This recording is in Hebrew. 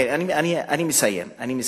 אני מסיים.